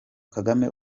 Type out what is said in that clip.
kagame